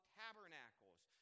tabernacles